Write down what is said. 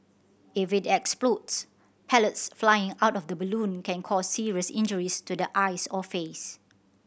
if it explodes pellets flying out of the balloon can cause serious injuries to the eyes or face